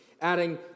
adding